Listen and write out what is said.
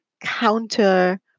counter